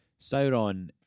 Sauron